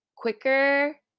Quicker